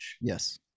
yes